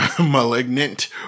malignant